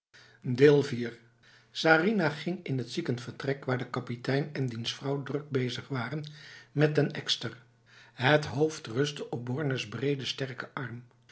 sarinah ging in het ziekenvertrek waar de kapitein en diens vrouw druk bezig waren met den ekster het hoofd rustte op bornes brede sterke arm